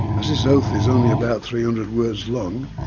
as his oath is only about three hundred words long,